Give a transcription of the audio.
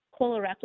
colorectal